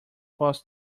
false